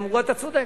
הם אמרו: אתה צודק.